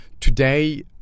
Today